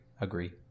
Agree